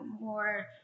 more